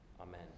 Amen